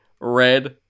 red